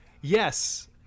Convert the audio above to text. yes